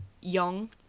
young